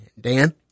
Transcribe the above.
Dan